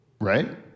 Right